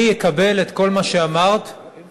אני אקבל את כל מה שאמרתְ כעובדה.